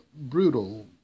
brutal